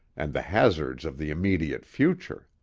and the hazards of the immediate future.